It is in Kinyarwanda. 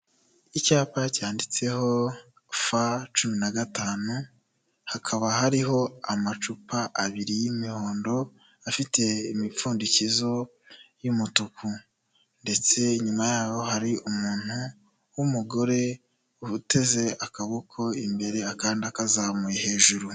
Icyapa cyanditseho f cumi na gatanu hakaba hariho amacupa abiri y'imihondo afite imipfundikizo y'umutuku ndetse inyuma yaho hari umuntu w'umugore uteze akaboko imbere akandi akazamuye hejuru.